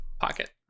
Pocket